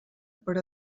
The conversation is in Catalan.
per